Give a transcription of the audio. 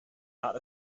not